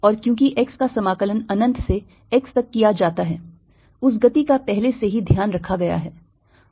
और क्योंकि x का समाकलन अनंत से x तक किया जाता है उस गति का पहले से ही ध्यान रखा गया है